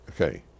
Okay